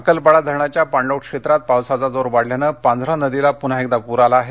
अक्कलपाडा धरणाच्या पाणलोट क्षेत्रात पावसाचा जोर वाढल्यामुळे पांझरा नदीला पुन्हा एकदा पूर आला आहे